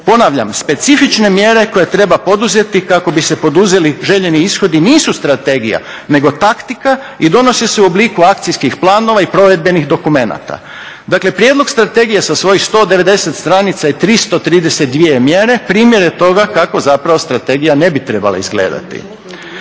Ponavlja, specifične mjere koje treba poduzeti kako bi se poduzeli željeni ishodi nisu strategija nego taktika i donose se u obliku akcijskih planova i provedbenih dokumenata. Dakle, prijedlog strategije sa svojih 190 stranica i 332 mjere primjer je toga kako zapravo strategija ne bi trebala izgledati.